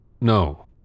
No